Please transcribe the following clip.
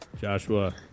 Joshua